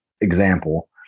example